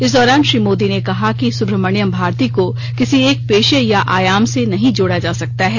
इस दौरान श्री मोदी ने कहा कि सुब्रमण्यम भारती को किसी एक पेशे या आयाम से नहीं जोड़ा जा सकता है